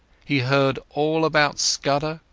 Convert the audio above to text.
he heard all about scudder,